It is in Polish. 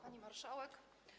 Pani Marszałek!